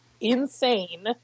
insane